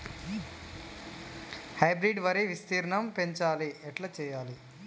Hybrid వరి విస్తీర్ణం పెంచాలి ఎట్ల చెయ్యాలి?